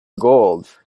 gold